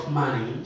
money